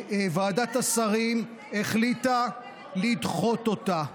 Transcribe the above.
וועדת השרים החליטה לדחות אותה.